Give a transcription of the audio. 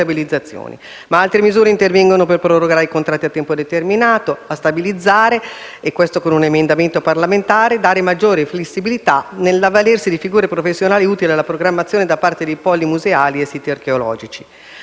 Altre misure intervengono per prorogare i contratti a tempo indeterminato, per stabilizzare (con un emendamento parlamentare) e per dare una maggiore flessibilità nell'avvalersi di figure professionali utili alla programmazione da parte dei poli museali e dei siti archeologici.